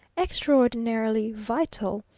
extraordinarily vital,